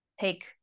take